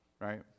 Right